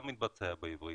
גם הוא מתבצע בעברית,